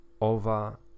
over